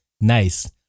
nice